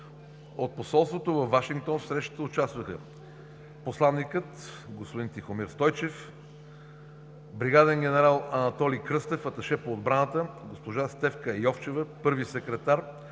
От посолството във Вашингтон в срещата участваха: посланикът господин Тихомир Стойчев, бригаден генерал Анатолий Кръстев – аташе по отбраната, госпожа Стефка Йовчева – първи секретар,